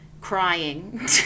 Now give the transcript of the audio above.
crying